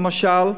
למשל,